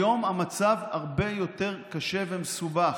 היום המצב הרבה יותר קשה ומסובך.